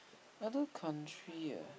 another country ah